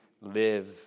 live